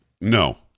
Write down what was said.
No